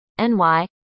NY